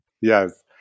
Yes